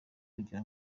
kugira